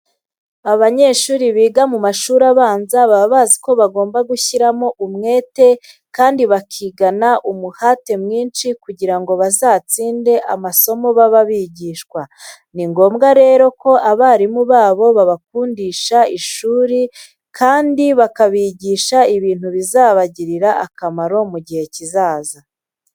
Abanyeshuri biga mu mashuri abanza baba bazi ko bagomba gushyiramo umwete kandi bakigana umuhate mwinshi kugira ngo bazatsinde amasomo baba bigishijwe. Ni ngombwa rero ko abarimu babo babakundisha ishuri kandi bakabigisha ibintu bizabagirira akamaro mu gihe kizaza.